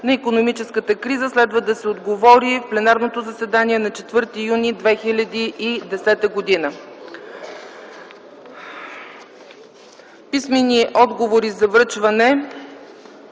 на икономическата криза. Следва да се отговори в пленарното заседание на 4 юни 2010 г. Писмени отговори за връчване: